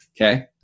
Okay